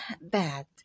bad